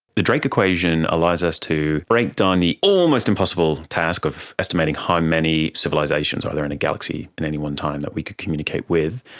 the drake equation allows us to break down the almost impossible task of estimating how many civilisations are there in a galaxy at and any one time that we could communicate with,